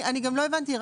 אני גם לא הבנתי.